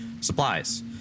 supplies